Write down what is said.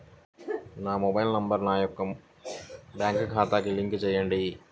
నా mobile number నా యొక్క బ్యాంక్ ఖాతాకి లింక్ చేయండీ?